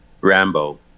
Rambo